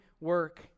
work